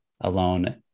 alone